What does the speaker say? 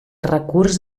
recurs